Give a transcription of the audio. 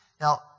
Now